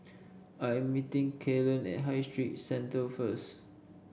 I am meeting Kellen at High Street Centre first